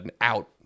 out